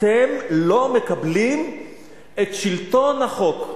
אתם לא מקבלים את שלטון החוק.